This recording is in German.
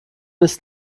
ist